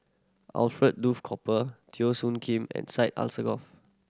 Alfred Duff Cooper Teo Soon Kim and Syed Alsagoff